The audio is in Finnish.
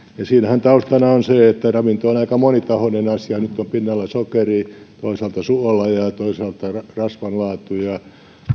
siinähän taustana on se että ravinto on aika monitahoinen asia nyt on pinnalla sokeri toisaalta suola ja ja toisaalta rasvan laatu ja